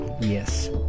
Yes